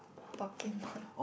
Pokemon